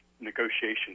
negotiations